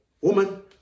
woman